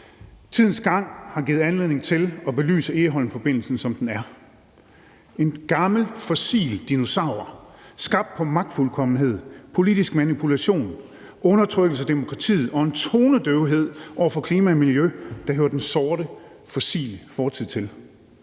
Tidens gang har givet anledning til at belyse Egholmforbindelsen, som den er. Det er en gammel fossil dinosaur skabt med magtfuldkommenhed, politisk manipulation, undertrykkelse af demokratiet og en tonedøvhed over for klima og miljø, der hører den sorte, fossile fortid til.